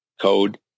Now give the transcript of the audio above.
code